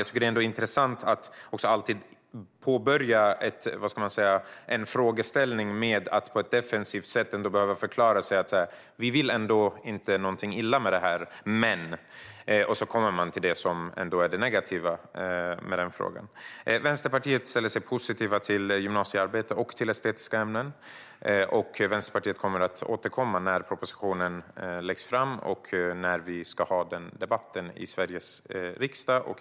Jag tycker att det är intressant att man alltid påbörjar en frågeställning defensivt. Man säger att man inte vill någonting illa med detta, men sedan kommer man ändå till det som är det negativa med frågan. Vänsterpartiet ställer sig positivt till gymnasiearbete och till estetiska ämnen. Vänsterpartiet kommer att återkomma när propositionen läggs fram och när vi ska ha den debatten i Sveriges riksdag.